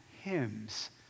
hymns